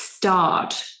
start